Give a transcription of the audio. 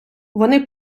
вони